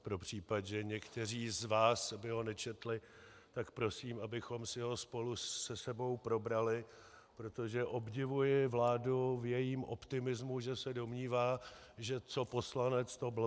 Pro případ, že někteří z vás by ho nečetli, tak prosím, abychom si ho spolu se sebou probrali, protože obdivuji vládu v jejím optimismu, že se domnívá, že co poslanec, to blbec.